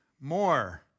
more